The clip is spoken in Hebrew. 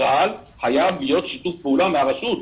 אבל חייב להיות שיתוף פעולה עם הרשות.